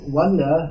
wonder